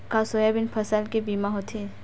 का सोयाबीन फसल के बीमा होथे?